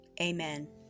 Amen